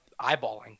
eyeballing